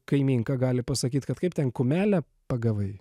kaimynka gali pasakyt kad kaip ten kumelę pagavai